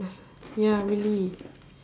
ya really